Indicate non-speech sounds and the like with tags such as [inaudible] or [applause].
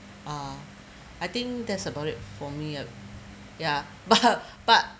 ah I think that's about it for me ah ya but [laughs] but